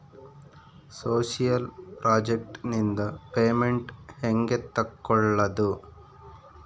Social project ನಿಂದ payment ಹೆಂಗೆ ತಕ್ಕೊಳ್ಳದು?